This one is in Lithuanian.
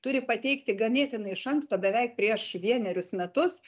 turi pateikti ganėtinai iš anksto beveik prieš vienerius metus